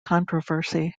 controversy